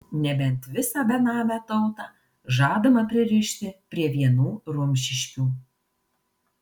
nebent visą benamę tautą žadama pririšti prie vienų rumšiškių